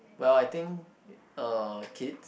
well I think uh kids